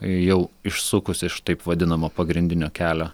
jau išsukus iš taip vadinamo pagrindinio kelio